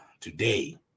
today